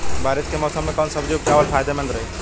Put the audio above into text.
बारिश के मौषम मे कौन सब्जी उपजावल फायदेमंद रही?